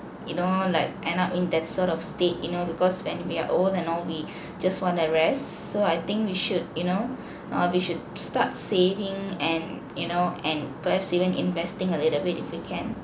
you know like end up in that sort of state you know because when we are old and all we just want to rest so I think we should you know uh we should start saving and you know and perhaps even investing a little bit if we can